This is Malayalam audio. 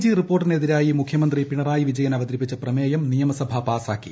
ജി റിപ്പോർട്ടിന് എതിരായി പ്രമുഖ്യമ്ന്ത്രി പിണറായി വിജയൻ അവതരിപ്പിച്ച പ്രമേയം നിയമസിഭൂ പാസാക്കി